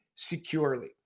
Securely